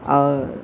और